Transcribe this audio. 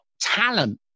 talent